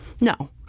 No